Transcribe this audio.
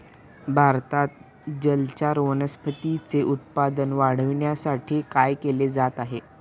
भारतात जलचर वनस्पतींचे उत्पादन वाढविण्यासाठी काय केले जात आहे?